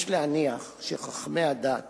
יש להניח שחכמי הדת